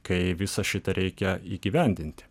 kai visą šitą reikia įgyvendinti